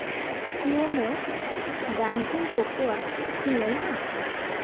payment banking ᱠᱳᱠᱳᱣᱟ ᱠᱤ ᱢᱮᱱᱟᱜᱼᱟ